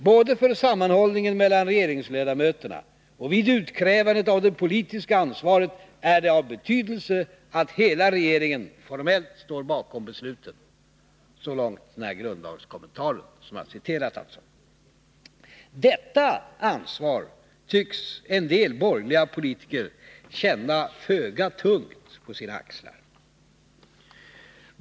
”Både för sammanhållningen mellan regeringsledamöterna och vid utkrävandet av det politiska ansvaret är det av betydelse att hela regeringen formellt står bakom besluten.” Så långt denna grundlagskommentar. Detta ansvar tycks en del borgerliga politiker känna föga tungt på sina axlar.